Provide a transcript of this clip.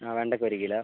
അ വെണ്ടയ്ക്ക ഒരു കിലോ